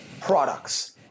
products